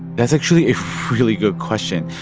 that's actually a really good question.